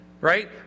Right